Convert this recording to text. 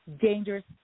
dangerous